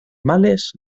males